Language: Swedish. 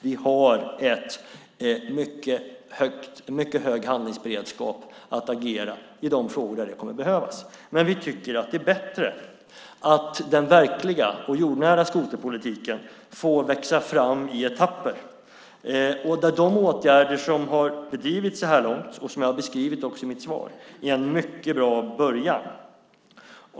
Vi har en mycket hög handlingsberedskap att agera i de frågor där det kommer att behövas. Men vi tycker att det är bättre att den verkliga och jordnära skoterpolitiken får växa fram i etapper. Där är de åtgärder som har vidtagits så här långt, och som jag har beskrivit i mitt svar, en mycket bra början.